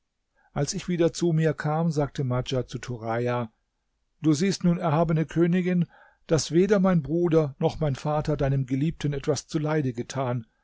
als ich wieder zu mir kam sagte madjad zu turaja du siehst nun erhabene königin daß weder mein bruder noch mein vater deinem geliebten etwas zuleide getan